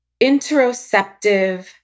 interoceptive